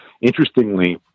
Interestingly